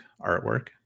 artwork